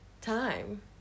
time